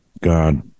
God